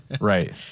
right